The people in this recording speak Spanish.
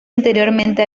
anteriormente